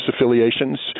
affiliations